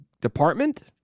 department